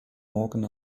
morgen